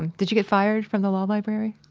and did you get fired from the law library?